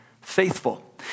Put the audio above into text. faithful